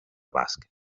bàsquet